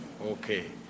Okay